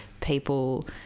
people